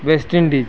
West Indies